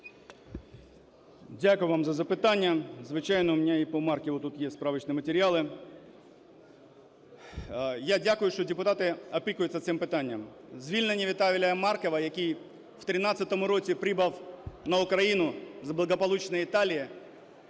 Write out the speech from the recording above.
Дякую вам за запитання. Звичайно, у мене і по Марківу тут є справочні матеріали. Я дякую, що депутати опікуються цим питанням. Звільнення Віталія Марківа, який в 13-му році прибув на Україну з благополучної Італії